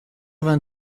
vingt